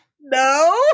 No